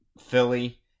Philly